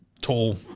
tall